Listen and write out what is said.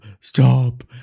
Stop